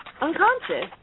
unconscious